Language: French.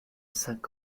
cinq